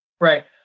right